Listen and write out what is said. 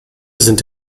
sind